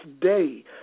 day